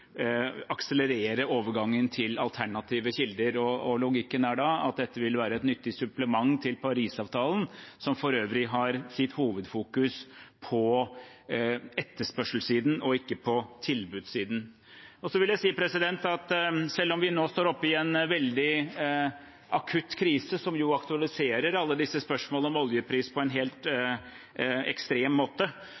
akselerere overgangen til alternative kilder. Logikken er da at dette ville være et nyttig supplement til Parisavtalen, som for øvrig har sitt hovedfokus på etterspørselssiden og ikke på tilbudssiden. Så vil jeg si at selv om vi nå står oppe i en veldig akutt krise, som jo aktualiserer alle disse spørsmålene om oljepris på en helt